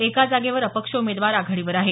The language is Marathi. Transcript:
एका जागेवर अपक्ष उमेदवार आघाडीवर आहे